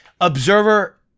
Observer